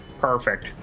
Perfect